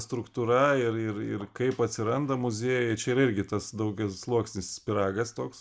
struktūra ir ir ir kaip atsiranda muziejai čia yra irgi tas daugiasluoksnis pyragas toks